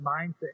mindset